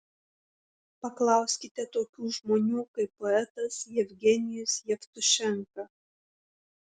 paklauskite tokių žmonių kaip poetas jevgenijus jevtušenka